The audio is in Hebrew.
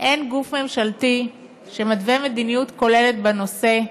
"אין גוף ממשלתי שמתווה מדיניות כוללת בנושא,